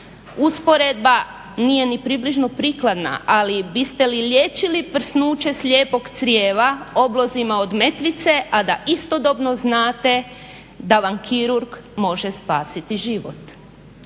Usporedba nije ni približno prikladna, ali biste li liječili prsnuće slijepog crijeva oblozima od metvice, a da istodobno znate da vam kirurg može spasiti život.